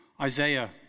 Isaiah